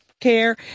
care